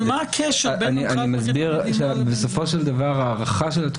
מה הקשר בין הנחיית פרקליט המדינה לבין זה?